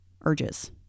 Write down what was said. urges